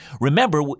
Remember